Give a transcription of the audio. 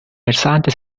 versante